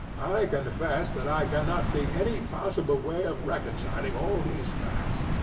i confess that i cannot see any possible way of reconciling all these facts.